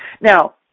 Now